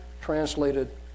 translated